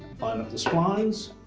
line up the splines